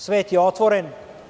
Svet je otvoren.